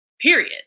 period